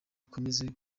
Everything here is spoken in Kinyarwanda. ikomeze